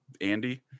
Andy